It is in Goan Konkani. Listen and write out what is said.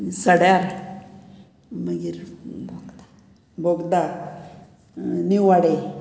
सड्यार मागीर बोगदा निवाडे